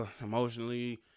emotionally